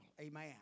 amen